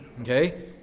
Okay